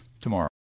tomorrow